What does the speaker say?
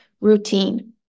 routine